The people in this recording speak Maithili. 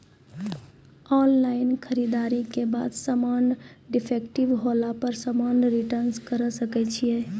ऑनलाइन खरीददारी के बाद समान डिफेक्टिव होला पर समान रिटर्न्स करे सकय छियै?